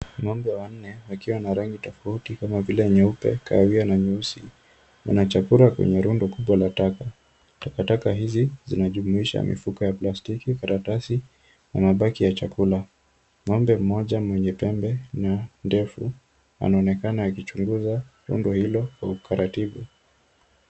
Ng'ombe wanne wakiwa na rangi tofauti kama vile nyeupe, kahawia na nyeusi wanachakura kwenye rundo kubwa la taka. Takataka hizi zinajumuisha mifuko ya plastiki, karatasi na mabaki ya chakula.Ng'ombe mmoja mwenye pembe ndefu anaonekana akichunguza rundo hilo kwa utaratibu.